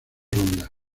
ronda